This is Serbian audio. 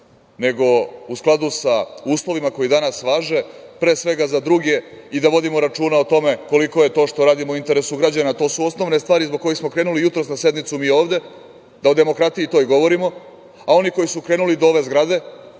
nego u skladu uslovima koji danas važe, pre svega, za druge i da vodimo računa o tome koliko je to što radimo u interesu građana, a to su osnovne stvari zbog kojih smo krenuli jutros na sednicu mi ovde, da o demokratiji toj govorimo, a oni koji su krenuli do ove zgrade,